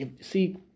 see